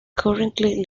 currently